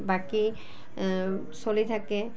বাকী চলি থাকে